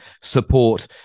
support